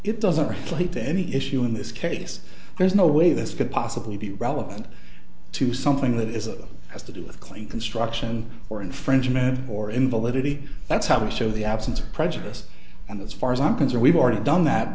it doesn't lead to any issue in this case there's no way this could possibly be relevant to something that is a has to do with claim construction or infringement or invalidity that's how we show the absence of prejudice and as far as i'm concerned we've already done that